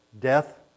death